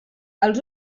els